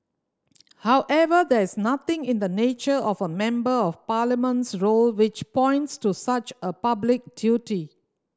however there is nothing in the nature of a Member of Parliament's role which points to such a public duty